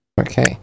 Okay